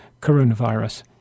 coronavirus